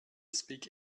speak